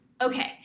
Okay